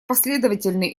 последовательные